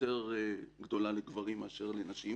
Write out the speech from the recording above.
בכל אופן יותר גדולה לגבי גברים מאשר לנשים.